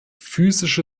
physische